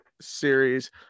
series